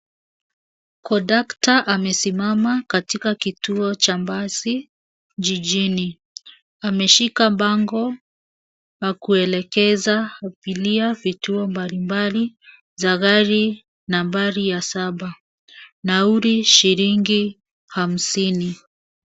Kondakta amesimama katika kituo cha basi jijini. Ameshika bango la kuelekeza abiria vituo mbalimbali za gari nambari saba, nauri shilingi hamsini.